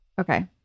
Okay